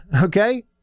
Okay